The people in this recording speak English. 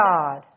God